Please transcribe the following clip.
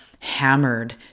hammered